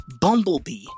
Bumblebee